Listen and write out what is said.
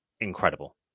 incredible